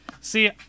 see